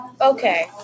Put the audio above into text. Okay